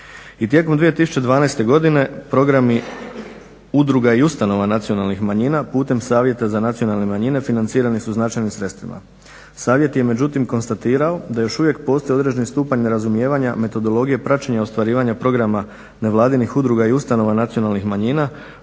I tijekom 2012. godine programi udruga i ustanova nacionalnih manjina putem Savjeta za nacionalne manjine financirani su značajnim sredstvima. Savjet je međutim konstatirao da još uvijek postoji određeni stupanj nerazumijevanja metodologije praćenja ostvarivanja programa nevladinih udruga i ustanova nacionalnih manjina